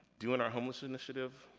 doing our homeless initiative,